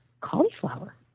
cauliflower